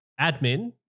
admin